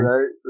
Right